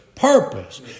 purpose